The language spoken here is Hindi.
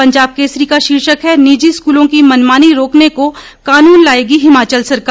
पंजाब केसरी का शीर्षक है निजी स्कूलों की मनमानी रोकने को कानून लाएगी हिमाचल सरकार